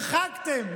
אתם הרחקתם,